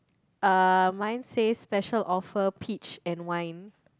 uh mine says special offer peach and wine